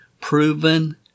proven